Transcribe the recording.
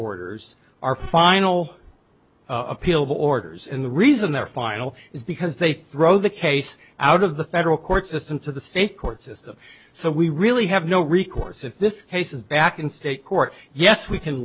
orders are final appeal orders and the reason they're final is because they throw the case out of the federal court system to the state court system so we really have no recourse if this case is back in state court yes we can